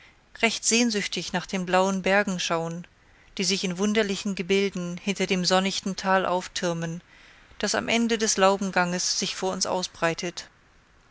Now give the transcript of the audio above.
recht sehnsüchtig nach den blauen bergen schauen die sich in wunderlichen gebilden hinter dem sonnichten tal auftürmen das am ende des laubganges sich vor uns ausbreitet